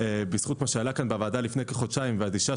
בזכות מה שעלה כאן בוועדה לפני כחודשיים והדרישה